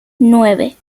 nueve